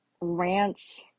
rants